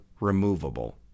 removable